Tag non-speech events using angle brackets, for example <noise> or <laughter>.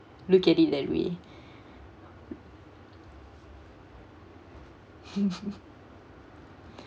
look at it that way <laughs>